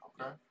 okay